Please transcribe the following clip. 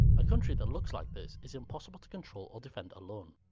a country that looks like this is impossible to control or defend alone.